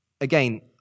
Again